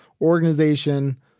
organization